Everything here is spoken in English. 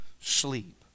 sleep